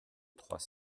trois